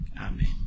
Amen